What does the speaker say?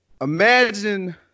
imagine